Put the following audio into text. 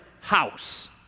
house